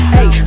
Hey